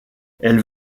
elle